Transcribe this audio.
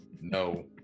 No